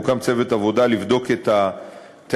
הוקם צוות עבודה לבדוק את הטענות,